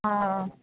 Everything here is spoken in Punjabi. ਹਾਂ